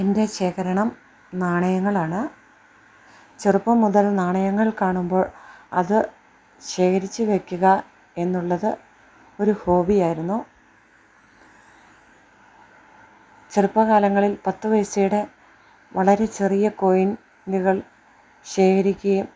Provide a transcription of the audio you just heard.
എൻ്റെ ശേഖരണം നാണയങ്ങളാണ് ചെറുപ്പം മുതൽ നാണയങ്ങൾ കാണുമ്പോൾ അത് ശേഖരിച്ച് വെക്കുക എന്നുള്ളത് ഒരു ഹോബിയായിരുന്നു ചെറുപ്പകാലങ്ങളിൽ പത്ത് പൈസയുടെ വളരെ ചെറിയ കോയിൻ നുകൾ ശേഖരിക്കുകയും